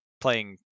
playing